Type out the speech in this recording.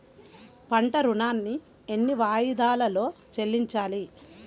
పంట ఋణాన్ని ఎన్ని వాయిదాలలో చెల్లించాలి?